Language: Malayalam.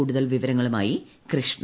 കൂടുതൽ വിവരങ്ങളുമായി കൃഷ്ണ